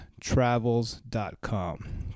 travels.com